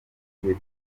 igihe